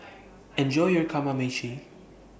Enjoy your Kamameshi